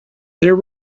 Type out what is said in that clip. there